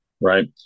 Right